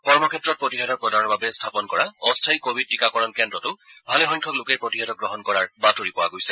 কৰ্মক্ষেত্ৰত প্ৰতিষেধক প্ৰদানৰ বাবে স্থাপন কৰা অস্থায়ী কোৱিড টীকাকৰণ কেন্দ্ৰটো ভালেসংখ্যক লোকে প্ৰতিষেধক গ্ৰহণ কৰাৰ বাতৰি পোৱা গৈছে